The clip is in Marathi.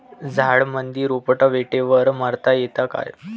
झाडामंदी रोटावेटर मारता येतो काय?